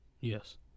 Yes